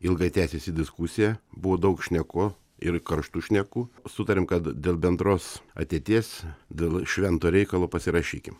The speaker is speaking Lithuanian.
ilgai tęsiasi diskusija buvo daug šneku ir karštų šnekų sutariam kad dėl bendros ateities dėl švento reikalo pasirašykim